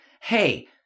Hey